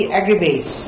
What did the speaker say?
agribase